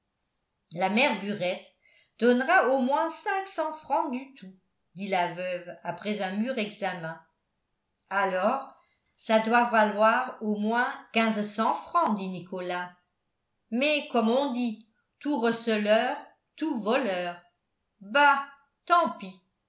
la mère burette donnera au moins cinq cents francs du tout dit la veuve après un mûr examen alors ça doit valoir au moins quinze cents francs dit nicolas mais comme on dit tout receleur tout voleur bah tant pis